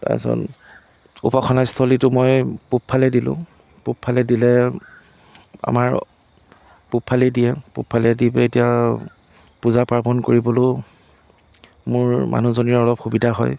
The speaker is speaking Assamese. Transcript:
তাৰ পাছত উপাসনা স্থলীটো মই পূবফালে দিলোঁ পূবফালে দিলে আমাৰ পূবফালেই দিয়ে পূবফালেদি এতিয়া পূজা পাৰ্ৱণ কৰিবলেও মোৰ মানুহজনীৰ অলপ সুবিধা হয়